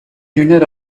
junior